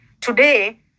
Today